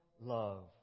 love